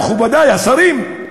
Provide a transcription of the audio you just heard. מכובדי השרים,